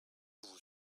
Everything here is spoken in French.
vous